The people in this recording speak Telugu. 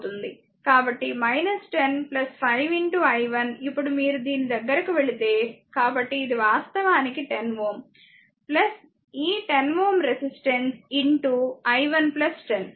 కాబట్టి 10 5 i1 ఇప్పుడు మీరు దీని దగ్గరకు వెళితే కాబట్టి ఇది వాస్తవానికి 10 Ω ఈ 10 Ω రెసిస్టెన్స్ i 1 10